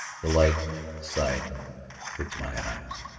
the light at the side hurts my eyes.